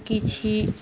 କିଛି